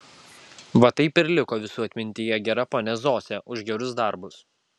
va taip ir liko visų atmintyje gera ponia zosė už gerus darbus